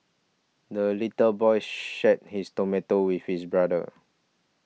the little boy shared his tomato with his brother